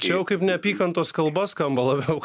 čia jau kaip neapykantos kalba skamba labiau